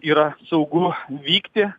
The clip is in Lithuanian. yra saugu vykti